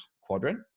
quadrant